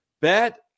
bet